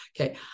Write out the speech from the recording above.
okay